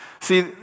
See